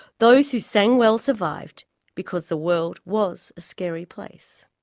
those who sang well survived because the world was a scary place.